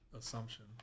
Assumption